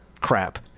crap